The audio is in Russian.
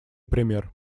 пример